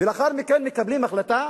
לאחר מכן מקבלים החלטה,